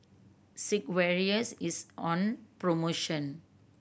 Sigvaris is on promotion